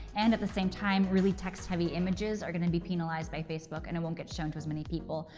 and at the same time really text-heavy images are going to be penalized by facebook and won't get shown to as many people.